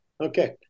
Okay